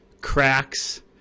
cracks